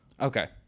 Okay